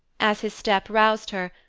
as his step roused her,